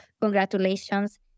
congratulations